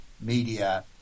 media